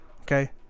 Okay